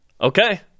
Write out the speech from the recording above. Okay